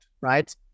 right